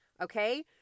okay